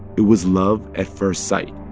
it was love at first sight.